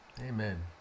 Amen